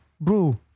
bro